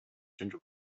ginger